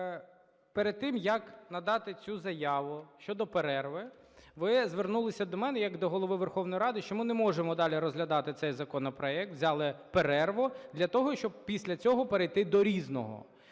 перед тим як надати цю заяву щодо перерви, ви звернулися до мене як до Голови Верховної Ради, що ми не можемо далі розглядати цей законопроект, взяли перерву для того, щоб після цього перейти до "Різного".